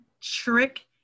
trick